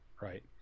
right